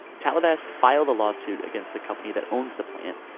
tallevast filed a lawsuit against the company that owns the plant,